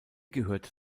gehört